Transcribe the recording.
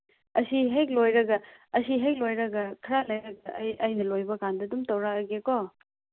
ꯑꯁꯤ ꯍꯦꯛ ꯂꯣꯏꯔꯒ ꯑꯁꯤ ꯍꯦꯛ ꯂꯣꯏꯔꯒ ꯈꯔ ꯂꯩꯔꯒ ꯑꯩ ꯑꯩꯅ ꯂꯣꯏꯕ ꯀꯥꯟꯗ ꯑꯗꯨꯝ ꯇꯧꯔꯛꯑꯒꯦꯀꯣ